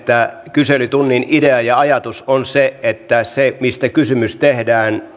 kyselytunnin idea ja ajatus on se että siinä fokuksessa mistä kysymys tehdään